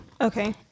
Okay